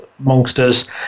monsters